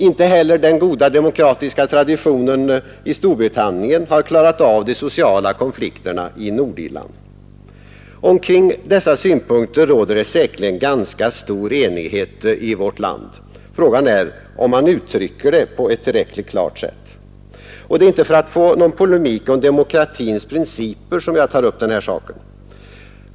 Inte heller den goda demokratiska traditionen i Storbritannien har klarat av de sociala konflikterna i Nordirland. Omkring dessa synpunkter råder det säkert ganska stor enighet i vårt land. Men frågan är om man uttrycker det tillräckligt klart. Det är inte för att få någon polemik om demokratins principer som jag tar upp denna sak.